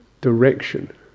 direction